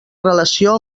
relació